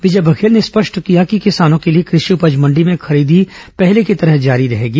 विजय बघेल ने स्पष्ट किया कि किसानों के लिए कषि उपज मण्डी में खरीदी पहले की तरह जारी रहेगी